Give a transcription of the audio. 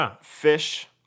fish